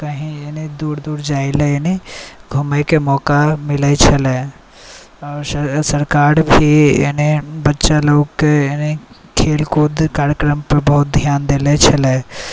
कहीँ एन्ने दूर दूर जाइलए एन्ने घुमैके मौका मिलै छलै आओर सरकारके एहने बच्चा लोकके एहने खेलकूद कार्यक्रमपर बहुत धिआन देने छलै